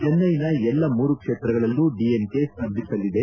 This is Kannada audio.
ಚೆನ್ನೈನ ಎಲ್ಲಾ ಮೂರು ಕ್ಷೇತ್ರಗಳಲ್ಲೂ ಡಿಎಂಕೆ ಸ್ವರ್ಧಿಸಲಿದೆ